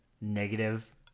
negative